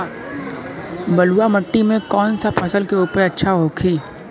बलुआ मिट्टी में कौन सा फसल के उपज अच्छा होखी?